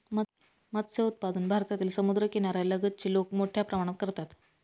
मत्स्य उत्पादन भारतातील समुद्रकिनाऱ्या लगतची लोक मोठ्या प्रमाणात करतात